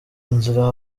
nzira